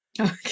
Okay